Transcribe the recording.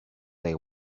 they